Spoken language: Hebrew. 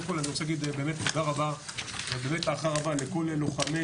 קודם כל אני רוצה להגיד באמת תודה רבה ובאמת הערכה רבה לכל לוחמי